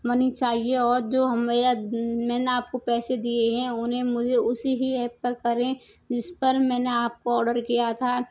money चाहिए और जो मैंने आपको पैसे दिए हैं उन्हें मुझे उसी वी ऐप पर करें जिस पर मैंने आपको ऑर्डर किया था